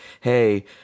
Hey